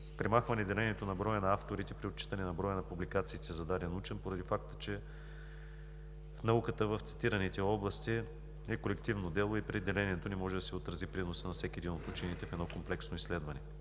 премахване деленето на броя на авторите при отчитане на броя на публикациите за даден учен, поради факта, че науката в цитираните области е колективно дело и при деленето не може да се отрази приносът на всеки един от учените в едно комплексно изследване.